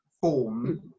Form